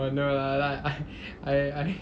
no lah I I I